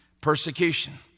persecution